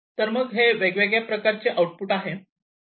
तर मग हे वेगवेगळ्या प्रकारचे आउटपुट आहे जे असू शकते